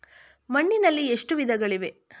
ಮಣ್ಣಿನಲ್ಲಿ ಎಷ್ಟು ವಿಧಗಳಿವೆ?